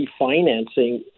refinancing